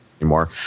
anymore